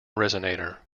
resonator